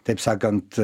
taip sakant